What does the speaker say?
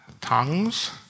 Tongues